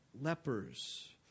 lepers